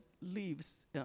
leaves